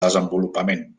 desenvolupament